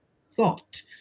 thought